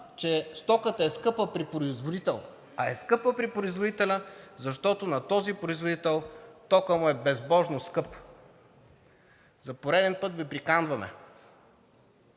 че стоката е скъпа при производител. А е скъпа при производителя, защото на този производител токът му е безбожно скъп. За пореден път Ви приканваме